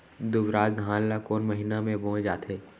दुबराज धान ला कोन महीना में बोये जाथे?